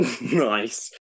Nice